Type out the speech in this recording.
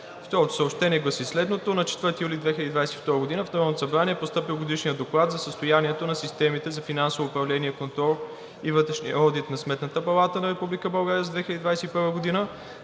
Второто съобщение гласи следното: На 4 юли 2022 г. в Народното събрание е постъпил Годишният доклад за състоянието на системите за финансово управление и контрол и вътрешния одит на Сметната палата на Република